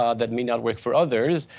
ah that may not work for others.